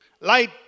Light